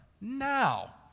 now